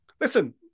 Listen